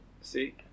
See